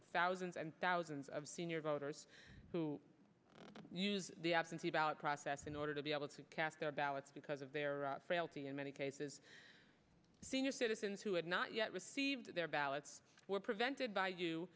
e thousands and thousands of senior voters who use the absentee ballot process in order to be able to cast their ballots because of their frailty in many cases senior citizens who had not yet received their ballots were prevented